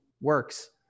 works